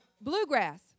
bluegrass